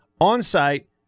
on-site